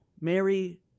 Mary